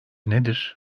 nedir